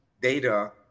data